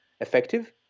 effective